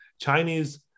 Chinese